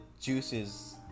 juices